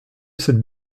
cette